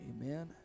amen